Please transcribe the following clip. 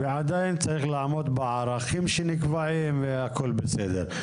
ועדיין צריך לעמוד בערכים שנקבעים והכול בסדר.